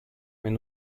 mais